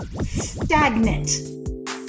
stagnant